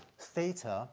theta